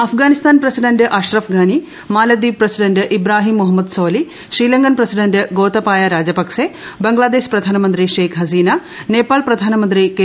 Afghanistan president Ashraf Ghani Maldives president Ibrahim Mohamed Solih Sri Lankan president Gotabaya Rajapaksa Bangladesh പ്രധാനമന്ത്രി ഷേഖ് ഹസീന നേപ്പാൾ പ്രധാനമന്ത്രി K